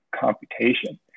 computation